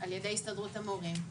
על ידי הסתדרות המורים,